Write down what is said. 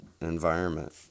environment